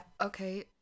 okay